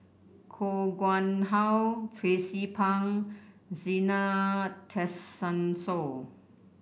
Koh Nguang How Tracie Pang Zena Tessensohn